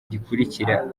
gukurikira